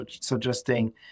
suggesting